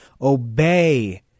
obey